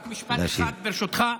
רק משפט אחד ברשותך,